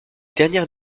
dernières